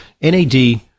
NAD